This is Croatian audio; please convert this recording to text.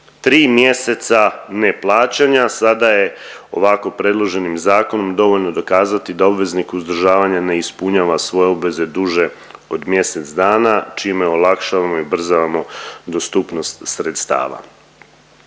3 mjeseca neplaćanja sada je ovako predloženim zakonom dovoljno dokazati da obveznik uzdržavanja ne ispunjava svoje obveze duže od mjesec dana čime olakšavamo i ubrzavamo dostupnost sredstava.